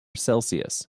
celsius